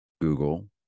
Google